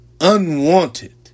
unwanted